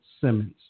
Simmons